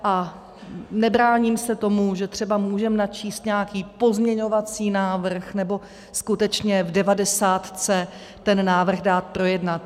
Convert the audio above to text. A nebráním se tomu, že třeba můžeme načíst nějaký pozměňovací návrh nebo skutečně v devadesátce ten návrh dál projednat.